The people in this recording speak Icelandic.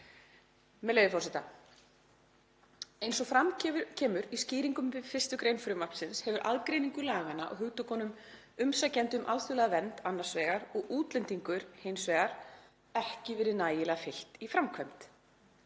með leyfi forseta: „Eins og fram kemur í skýringum við 1. gr. frumvarpsins hefur aðgreiningu laganna á hugtökunum umsækjandi um alþjóðlega vernd annars vegar og útlendingur hins vegar ekki verið nægilega fylgt í framkvæmd.